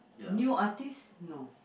new artist no